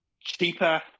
cheaper